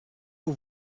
aux